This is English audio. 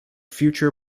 future